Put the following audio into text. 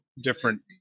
different